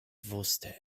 wusste